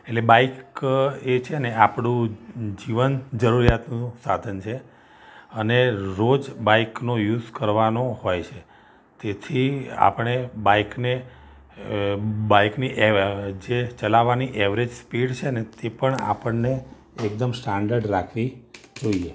એટલે બાઇક એ છે ને આપણું જીવન જરૂરિયાતનું સાધન છે અને રોજ બાઇકનો યુઝ કરવાનો હોય છે તેથી આપણે બાઇકને બાઇકની એ જે ચલાવવાની ઍવરેજ સ્પીડ છે ને તે પણ આપણે એકદમ સ્ટાન્ડર્ડ રાખવી જોઈએ